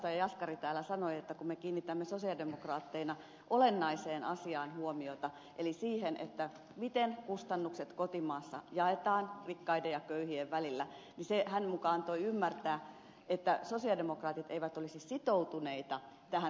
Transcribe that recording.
jaskari täällä sanoi että kun me kiinnitämme sosialidemokraatteina olennaiseen asiaan huomiota eli siihen miten kustannukset kotimaassa jaetaan rikkaiden ja köyhien välillä niin se hänen mukaansa antoi ymmärtää että sosialidemokraatit eivät olisi sitoutuneita tähän kööpenhaminan sopimukseen